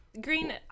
Green